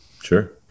Sure